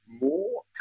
more